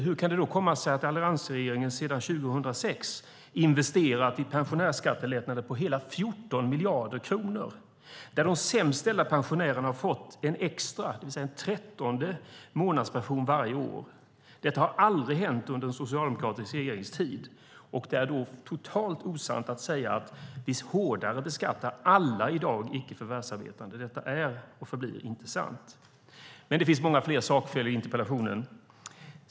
Hur kan det då komma sig att alliansregeringen sedan 2006 investerat i pensionärsskattelättnader på hela 14 miljarder kronor där de sämst ställda pensionärerna har fått en extra, det vill säga en trettonde, månadspension varje år? Detta har aldrig hänt under en socialdemokratisk regerings tid. Det är totalt osant att säga att vi i dag ska hårdare beskatta alla i dag icke förvärvsarbetande. Det är och förblir inte sant. Det finns många fler sakfel i interpellationen.